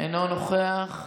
אינו נוכח.